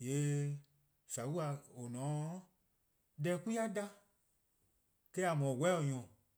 :yee' :saua' :or :ne-a 'o, deh 'kwi+-a da eh :a :mor :weheh:-nyor+. on.